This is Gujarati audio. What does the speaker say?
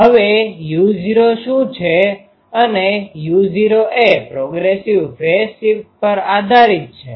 હવે u૦ શું છે અને u૦ એ પ્રોગ્રેસીવ ફેઝ શિફ્ટ પર આધારિત છે